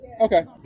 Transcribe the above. Okay